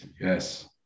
Yes